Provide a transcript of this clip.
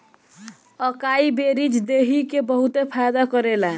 अकाई berries देहि के बहुते फायदा करेला